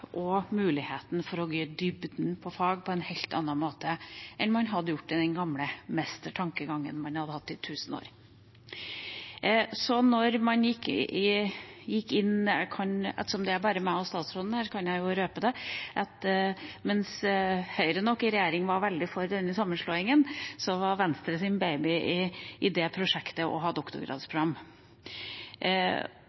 og muligheten for å gå i dybden på fag på en helt annen måte enn man hadde gjort med den gamle mester-tankegangen man hadde hatt i tusenvis av år. Ettersom det er bare meg og statsråden som er her, kan jeg jo røpe det: Mens Høyre i regjering nok var veldig for denne sammenslåingen, var Venstres baby i det prosjektet å ha